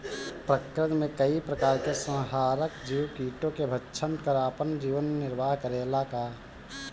प्रकृति मे कई प्रकार के संहारक जीव कीटो के भक्षन कर आपन जीवन निरवाह करेला का?